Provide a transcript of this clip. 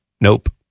Nope